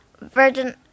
Virgin